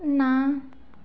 ନା